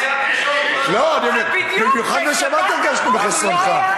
במיוחד בשבת הרגשנו בחסרונך.